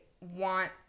want